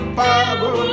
power